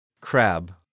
Crab